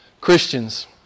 Christians